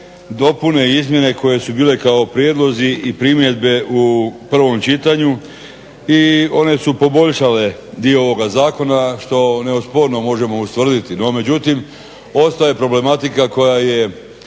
dopune i izmjene koje su bile kao prijedlozi i primjedbe u prvom čitanju i one su poboljšale dio ovoga zakona što neosporno možemo ustvrditi. No međutim, ostaje problematika koja je